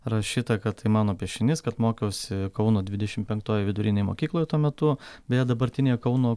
rašyta kad tai mano piešinys kad mokiausi kauno dvidešim penktojoj vidurinėj mokykloj tuo metu beje dabartinėje kauno